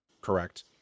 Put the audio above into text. correct